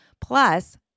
plus